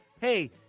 hey